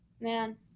Man